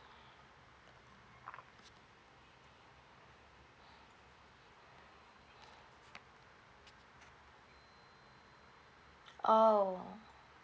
oh